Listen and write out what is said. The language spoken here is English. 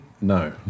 no